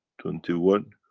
twenty one